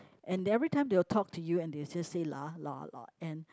and every time they'll talk to you and they'll just say lah lah lah and